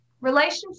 relationship